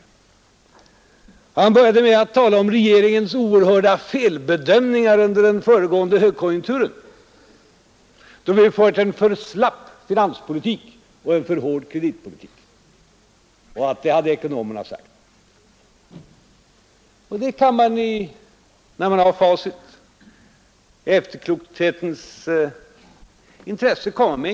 Herr Helén började med att tala om regeringens oerhörda felbedömningar under den tidigare högkonjunkturen, då vi hade fört en för slapp finanspolitik och en för hård kreditpolitik, Det hade ekonomerna sagt. Ja, när man har tillgång till facit kan man naturligtvis i efterklokhetens intresse kritisera.